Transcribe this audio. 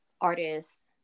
Artists